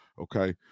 Okay